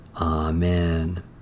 Amen